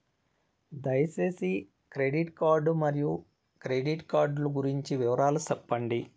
దయసేసి credit card మరియు credit card లు గురించి వివరాలు సెప్పండి?